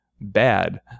bad